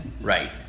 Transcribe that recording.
Right